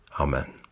Amen